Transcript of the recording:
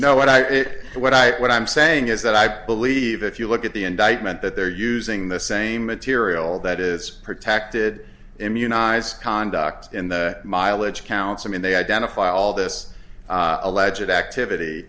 know what i get what i what i'm saying is that i believe if you look at the indictment that they're using the same material that is protected immunize conduct in the mileage counts i mean they identify all this alleged activity